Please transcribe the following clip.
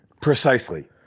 Precisely